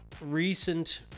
recent